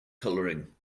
coloring